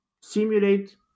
simulate